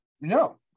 No